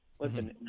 Listen